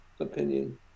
opinion